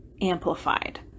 amplified